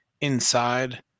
inside